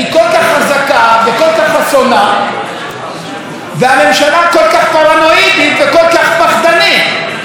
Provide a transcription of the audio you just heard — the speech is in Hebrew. והממשלה כל כך פרנואידית וכל כך פחדנית מכל ציוץ ומכל אמירה?